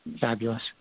fabulous